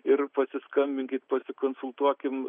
ir pasiskambinkit pasikonsultuokim